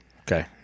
Okay